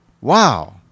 Wow